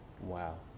Wow